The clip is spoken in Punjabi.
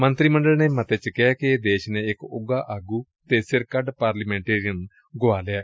ਮੰਤਰੀ ਮੰਡਲ ਨੇ ਮਤੇ ਵਿਚ ਕਿਹੈ ਕਿ ਦੇਸ਼ ਨੇ ਇਕ ਉੱਘਾ ਆਗੁ ਅਤੇ ਸਿਰਕੱਢ ਪਾਰਲੀਮੈਟੇਰੀਅਨ ਖੋ ਲਿਐ